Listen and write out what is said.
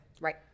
Right